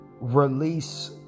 release